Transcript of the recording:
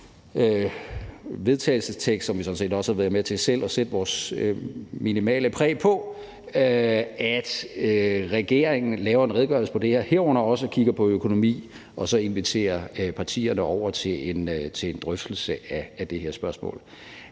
vedtagelsestekst – som vi sådan set også selv har været med til at sætte vores minimale præg på – som siger, at regeringen laver en redegørelse om det her, herunder også kigger på økonomi, og så inviterer partierne over til en drøftelse af det her spørgsmål.